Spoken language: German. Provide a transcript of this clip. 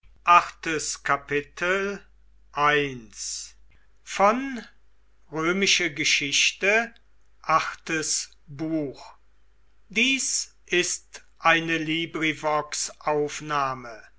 sind ist eine